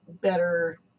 better